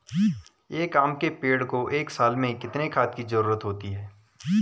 एक आम के पेड़ को एक साल में कितने खाद की जरूरत होती है?